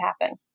happen